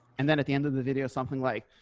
and then at the end of the video, something like,